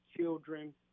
children